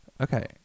Okay